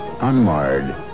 unmarred